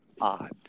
odd